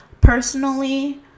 Personally